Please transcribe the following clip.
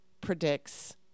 predicts